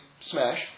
smash